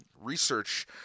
research